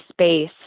space